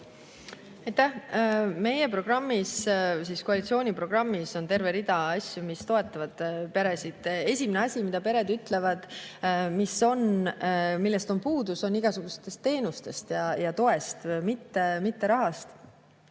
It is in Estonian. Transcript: Meie programmis, koalitsiooni programmis on terve rida asju, mis toetavad peresid. Esimene asi, mida pered ütlevad, millest on puudus, on igasugused teenused ja tugi, mitte raha.